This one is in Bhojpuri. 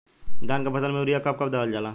धान के फसल में यूरिया कब कब दहल जाला?